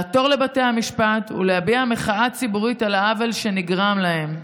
לעתור לבתי המשפט ולהביע מחאה ציבורית על העוול שנגרם להן.